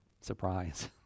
Surprise